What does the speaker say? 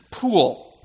pool